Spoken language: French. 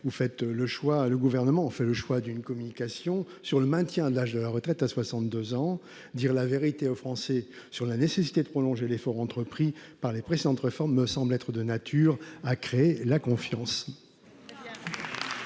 Le Gouvernement a fait le choix d'une communication sur le maintien de l'âge de départ à la retraite à 62 ans. Dire la vérité aux Français sur la nécessité de prolonger l'effort entrepris par les précédentes réformes me semble être de nature à créer la confiance.